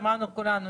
שמענו כולנו,